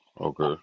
Okay